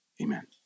Amen